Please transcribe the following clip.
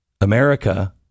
America